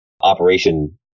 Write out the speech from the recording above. operation